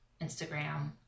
Instagram